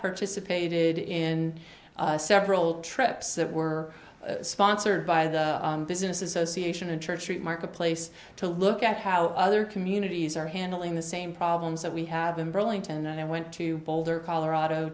participated in several trips that were sponsored by the business association and church street marketplace to look at how other communities are handling the same problems that we have in burlington and i went to boulder colorado